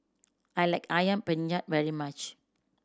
I like Ayam Penyet very much